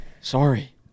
sorry